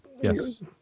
yes